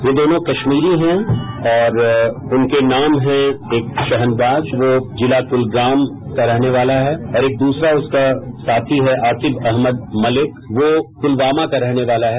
ये दोनों कश्मीरी हैं और उनके नाम हैं शहनवाज वो जिला कुलग्राम का रहने वाला है और एक द्रसरा साथी है आकिब अहमद मलिक वो कुलवामा का रहने वाला है